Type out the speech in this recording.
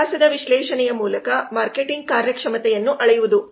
ವ್ಯತ್ಯಾಸದ ವಿಶ್ಲೇಷಣೆಯ ಮೂಲಕ ಮಾರ್ಕೆಟಿಂಗ್ ಕಾರ್ಯಕ್ಷಮತೆಯನ್ನು ಅಳೆಯುವುದು